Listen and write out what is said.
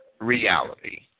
reality